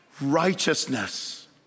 righteousness